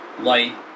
light